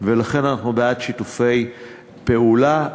ולכן, אנחנו בעד שיתופי פעולה.